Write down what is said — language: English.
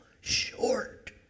short